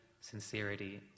sincerity